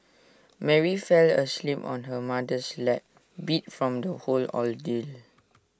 Mary fell asleep on her mother's lap beat from the whole ordeal